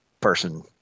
person